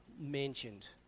mentioned